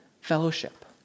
fellowship